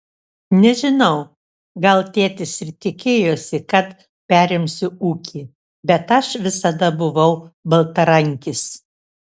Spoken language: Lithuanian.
nežinau gal tėtis ir tikėjosi kad perimsiu ūkį bet aš visada buvau baltarankis